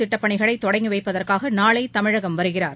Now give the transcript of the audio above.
திட்டப்பணிகளைதொடங்கிவைப்பதற்காகநாளைதமிழகம் வருகிறார்